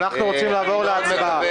אנחנו רוצים לעבור להצבעה.